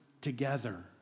together